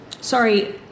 Sorry